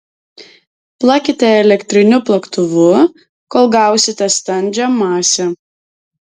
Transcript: plakite elektriniu plaktuvu kol gausite standžią masę